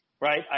Right